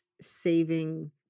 saving